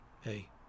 hey